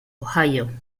ohio